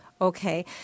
Okay